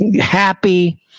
happy